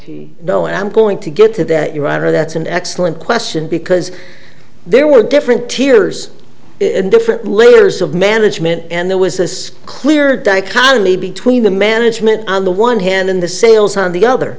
know and i'm going to get to that you're right or that's an excellent question because there were different tiers in different layers of management and there was this clear dichotomy between the management on the one hand in the sales on the other